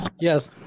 Yes